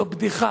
זו בדיחה,